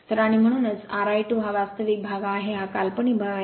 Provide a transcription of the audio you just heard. तर आणि म्हणूनच RI2 हा वास्तविक भाग आहे हा काल्पनिक भाग आहे